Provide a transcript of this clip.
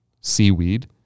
seaweed